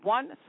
one